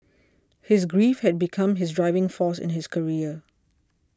his grief had become his driving force in his career